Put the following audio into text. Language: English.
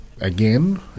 again